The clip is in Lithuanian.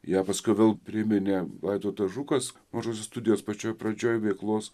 ją paskui vėl priminė vaidotas žukas mažosios studijos pačioj pradžioj veiklos